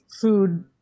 food